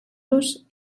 los